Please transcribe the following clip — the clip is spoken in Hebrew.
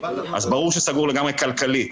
אז ברור שסגור לגמרי כלכלית.